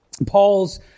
Paul's